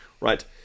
right